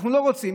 אנחנו לא רוצים,